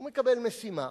הוא מקבל משימה,